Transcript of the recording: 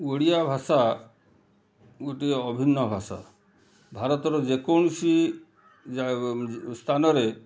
ଓଡ଼ିଆ ଭାଷା ଗୋଟିଏ ଅଭିନ୍ନ ଭାଷା ଭାରତରେ ଯେକୌଣସି ଜା ସ୍ଥାନରେ